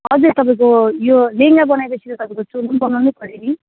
हजुर तपाईँको यो लेहेङ्गा बनाएपछि त तपाईँको यो चोलो पनि बनाउनै पऱ्यो नि